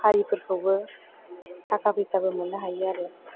हारिफोरखौबो थाखा फैसाबो मोननो हायो आरो